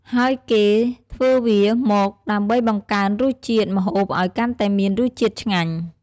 ហើយគេធ្វើវាមកដើម្បីង្កើនរសជាតិម្ហូបឲ្យកាន់តែមានរស់ជាតិឆ្ងាញ់។